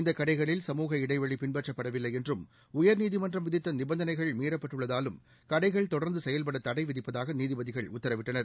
இந்த கடைகளில் சமூக இடைவெளி பின்பற்றப்படவில்லை என்றும் உயர்நீதிமன்றம் விதித்த நிபந்தனைகள் மீறப்பட்டுள்ளதாலும் கடைகள் தொடர்ந்து செயல்பட தடை விதிப்பதாக நீதிபதிகள் உத்தரவிட்டனர்